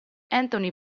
anthony